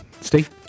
Steve